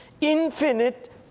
infinite